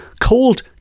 called